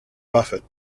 buffett